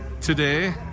today